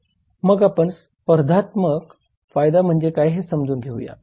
मग आपण स्पर्धात्मक फायदा म्हणजे काय हे समजून घेऊया